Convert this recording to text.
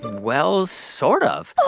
well, sort of.